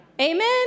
Amen